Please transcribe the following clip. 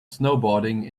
snowboarding